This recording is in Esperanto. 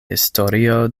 historio